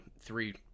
three